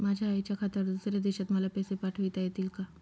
माझ्या आईच्या खात्यावर दुसऱ्या देशात मला पैसे पाठविता येतील का?